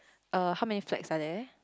uh how many flags are there